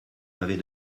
m’avez